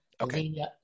okay